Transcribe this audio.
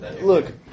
Look